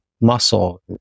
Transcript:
muscle